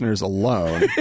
alone